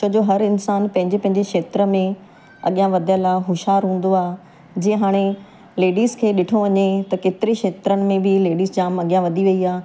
त जो हर इंसानु पंहिंजे पंहिंजे क्षेत्र में अॻियां वधियलु आहे होश्यारु हूंदो आहे जींअ हाणे लेडीस खे ॾिठो वञे त केतिरे खेत्रनि में बि लेडीस जाम अॻियां वधी वई आहे